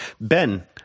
Ben